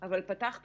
תאמיני לי.